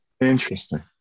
Interesting